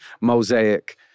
mosaic